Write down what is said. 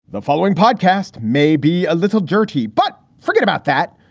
the following podcast may be a little dirty, but forget about that.